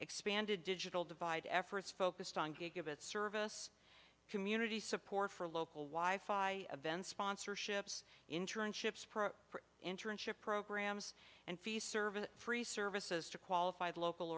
expanded digital divide efforts focused on gigabit service community support for local y fi event sponsorships internships pro internship programs and fees services free services to qualified local